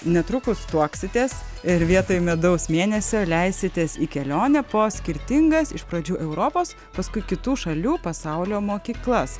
netrukus tuoksitės ir vietoj medaus mėnesio leisitės į kelionę po skirtingas iš pradžių europos paskui kitų šalių pasaulio mokyklas